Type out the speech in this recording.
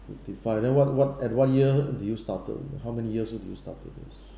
fifty five and then what what and what year do you started how many years have you started this